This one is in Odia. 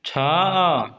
ଛଅ